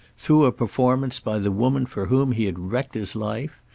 through a performance by the woman for whom he had wrecked his life,